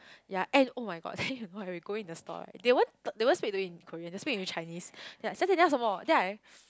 ya and [oh]-my-god then you know when we go in the store right they won't talk they won't speak to you in Korean they speak to you in Chinese 小姐你要什么 then I